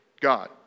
God